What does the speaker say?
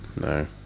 no